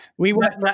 WeWork